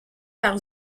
par